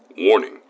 Warning